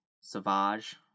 Savage